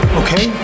okay